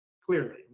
clearly